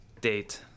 Date